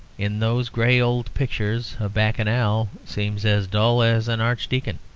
in those gray old pictures a bacchanal seems as dull as an archdeacon.